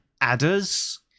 adders